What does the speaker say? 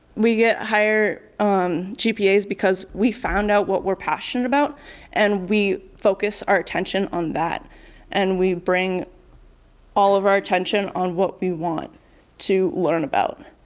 we get higher um gpa's because we found out what we're passionate about and we focus our attention on that and we bring all of our attention on what we want to learn about.